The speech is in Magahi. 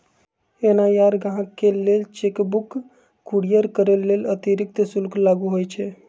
एन.आर.आई गाहकके लेल चेक बुक कुरियर करय लेल अतिरिक्त शुल्क लागू होइ छइ